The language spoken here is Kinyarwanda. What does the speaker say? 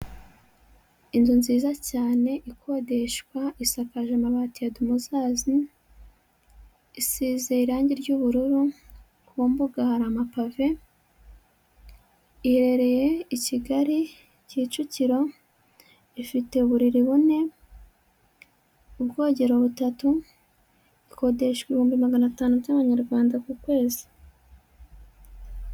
Inzu nziza cyane ikodeshwa, isakaje amabati ya dumuzazi, isize irangi ry'ubururu, ku mbuga hari amapave, iherereye i Kigali Kicukiro, ifite uburiri bune, ubwogero butatu, ikodeshwa ibihumbi magana atanu by'abanyarwanda ku kwezi.